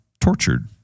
tortured